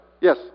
Yes